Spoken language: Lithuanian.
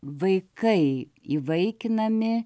vaikai įvaikinami